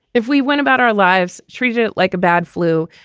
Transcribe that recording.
if we went about our lives treating it like a bad flu?